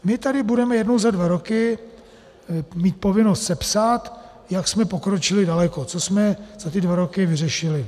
My tady budeme jednou za dva roky mít povinnost sepsat, jak jsme pokročili daleko, co jsme za ty dva roky vyřešili.